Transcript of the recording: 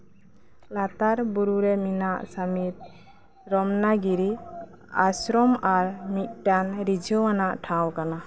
ᱞᱟᱛᱟᱨ ᱵᱩᱨᱩ ᱨᱮ ᱢᱮᱱᱟᱜ ᱥᱟᱢᱤᱛ ᱨᱚᱢᱱᱟ ᱜᱤᱨᱤ ᱟᱥᱥᱨᱚᱢ ᱟᱨ ᱢᱤᱫᱴᱟᱝ ᱨᱤᱡᱷᱟᱹᱣᱟᱱᱟᱜ ᱴᱷᱟᱶ ᱠᱟᱱᱟ